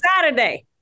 Saturday